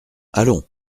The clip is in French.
allons